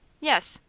yes.